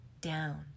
down